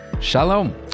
Shalom